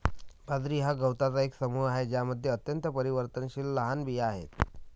बाजरी हा गवतांचा एक समूह आहे ज्यामध्ये अत्यंत परिवर्तनशील लहान बिया आहेत